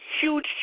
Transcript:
huge